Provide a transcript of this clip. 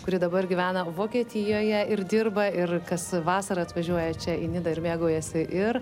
kuri dabar gyvena vokietijoje ir dirba ir kas vasarą atvažiuoja čia į nidą ir mėgaujasi ir